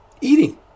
eating